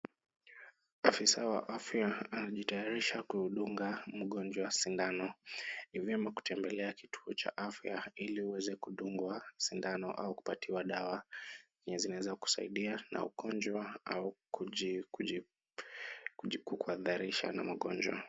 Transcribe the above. Afisa wa afya anajitayarisha kudunga mgonjwa sindano, ni vyema kutembelea kituo cha afya ili uweze kudungwa sindano au kupatiwa dawa yenye inaweza kukusaidia na ugonjwa au kukuhadharisha na magonjwa.